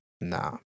nah